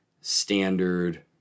standard